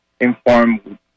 informed